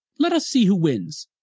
let us see who wins.